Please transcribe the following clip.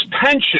pension